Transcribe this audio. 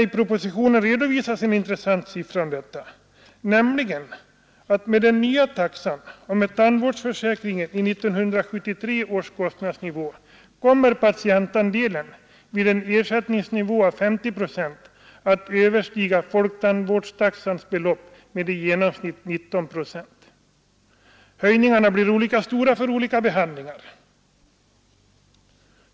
I propositionen redovisas en intressant siffra om detta, nämligen att med den nya taxan och med tandvårdsförsäkringen på 1973 års kostnadsnivå kommer patientandelen vid en ersättningsnivå av 50 procent att överstiga folktandvårdstaxans belopp med i genomsnitt 19 procent. Ökningarna blir olika stora för olika behandlingar.